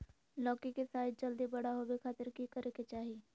लौकी के साइज जल्दी बड़ा होबे खातिर की करे के चाही?